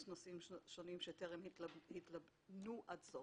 יש נושאים שונים שטרם התלבנו עד סוף.